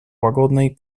łagodnej